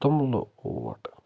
توٚملہٕ اوٹ